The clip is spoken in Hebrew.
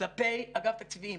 כלפי אגף תקציבים.